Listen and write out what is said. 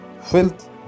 filth